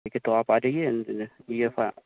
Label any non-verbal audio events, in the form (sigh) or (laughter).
ٹھیک ہے تو آپ آ جائیے (unintelligible)